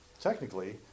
technically